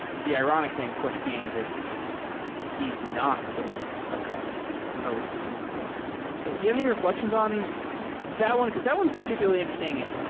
the ironic thing of course being that he's not building a company around envoy. ah do you have any reflections on that one? because that one is particularly interesting.